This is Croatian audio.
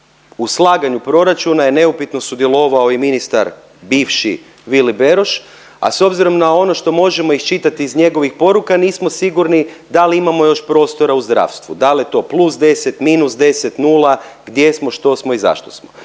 u slaganju proračuna je neupitno sudjelovao i ministar bivši Vili Beroš, a s obzirom na ono što možemo iščitati iz njegovih poruka nismo sigurni da li imamo još prostora u zdravstvu, dal je to +10, -10, 0, gdje smo, što smo i zašto smo.